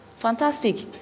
Fantastic